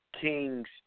King's